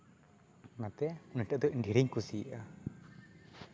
ᱚᱱᱟᱛᱮ ᱱᱤᱛᱚᱜ ᱫᱚ ᱰᱷᱮᱨᱤᱧ ᱠᱩᱥᱤᱭᱟᱜᱼᱟ